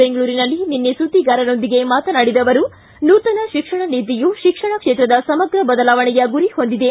ಬೆಂಗಳೂರಿನಲ್ಲಿ ನಿನ್ನೆ ಸುದ್ದಿಗಾರರೊಂದಿಗೆ ಮಾತನಾಡಿದ ಅವರು ನೂತನ ಶಿಕ್ಷಣ ನೀತಿಯು ಶಿಕ್ಷಣ ಕ್ಷೇತ್ರದ ಸಮಗ್ರ ಬದಲಾವಣೆಯ ಗುರಿ ಹೊಂದಿದೆ